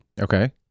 Okay